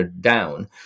down